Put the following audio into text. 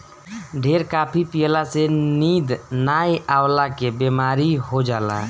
ढेर काफी पियला से नींद नाइ अवला के बेमारी हो जाला